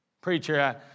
Preacher